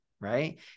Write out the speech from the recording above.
Right